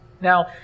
Now